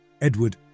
Edward